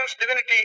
divinity